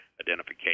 identification